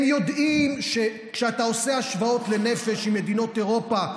הם יודעים שכשאתה עושה השוואות לנפש עם מדינות אירופה,